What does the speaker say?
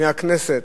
מהכנסת,